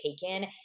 taken